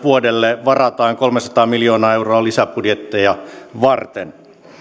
vuodelle kaksituhattaseitsemäntoista varataan kolmesataa miljoonaa euroa lisäbudjetteja varten